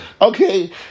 Okay